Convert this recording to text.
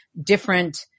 different